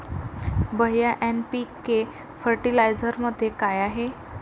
भैय्या एन.पी.के फर्टिलायझरमध्ये काय आहे?